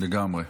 לגמרי.